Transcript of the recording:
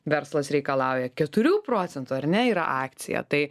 verslas reikalauja keturių procentų ar ne yra akcija tai